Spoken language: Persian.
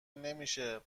نمیشه